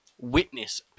Witness